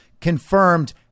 confirmed